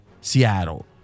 Seattle